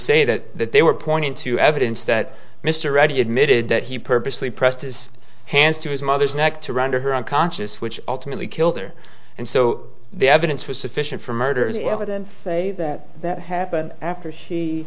say that they were pointing to evidence that mr reddy admitted that he purposely pressed his hands to his mother's neck to render her unconscious which ultimately killed her and so the evidence was sufficient for murder is evidence that that happened after he